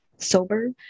Sober